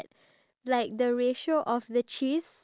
what's the other question in the cards